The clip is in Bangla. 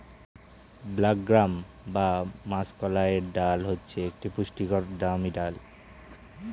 ব্ল্যাক গ্রাম বা মাষকলাইয়ের ডাল হচ্ছে একটি পুষ্টিকর দামি ডাল